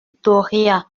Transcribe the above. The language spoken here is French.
doria